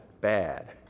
Bad